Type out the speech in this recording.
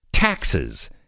Taxes